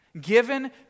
given